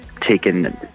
taken